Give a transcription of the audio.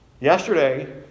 Yesterday